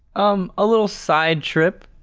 um, a little side trip.